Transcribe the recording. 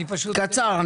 קצר.